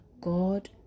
God